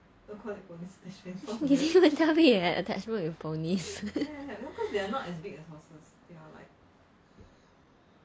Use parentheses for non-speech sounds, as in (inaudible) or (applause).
(laughs) you didn't even tell me you have attachment with ponies because they are not as big a horse